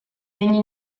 není